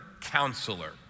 counselor